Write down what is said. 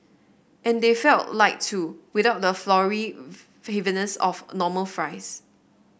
and they felt light too without the floury heaviness of a normal fries